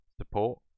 support